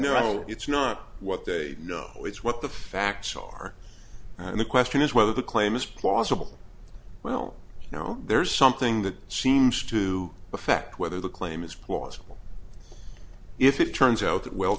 know it's not what they know it's what the facts are and the question is whether the claim is plausible well you know there's something that seems to affect whether the claim is plausible if it turns out that well